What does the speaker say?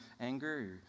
anger